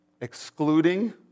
excluding